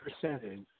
percentage